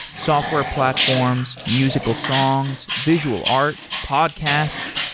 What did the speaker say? software platforms, musical songs, visual art, podcasts,